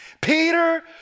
Peter